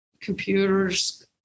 computers